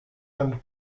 and